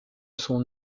son